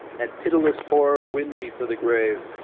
and pitiless horror wind me for the grave,